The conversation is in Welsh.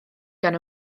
gan